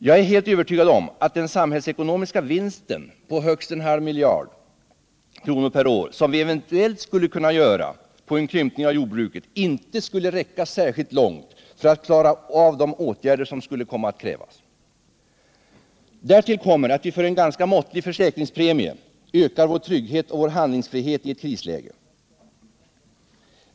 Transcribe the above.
Jag är helt övertygad om att den samhällsekonomiska vinst på högst en halv miljard kronor per år som vi eventuellt skulle kunna göra på en krympning av jordbruket inte skulle räcka särskilt långt för att klara de åtgärder som skulle krävas. 37 Därtill kommer att vi för en ganska måttlig försäkringspremie ökar vår trygghet och vår handlingsfrihet i ett krisläge.